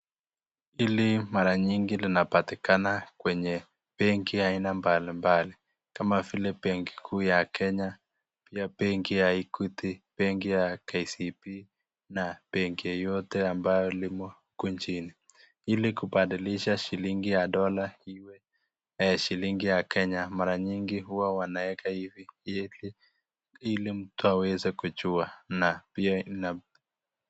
Hili mara nyingi linapatikana kwenye benki aina mbalimbali, kama vile benki kuu ya Kenya, pia benki ya Equity, benki ya KCB na bemki yoyote ambayo lime huku nchini. Ili kubadilisha shilingi ya dola iwe shilingi ya Kenya, mara nyingi huwa wanaweka hivi ili mtu aweze kujua na pia na.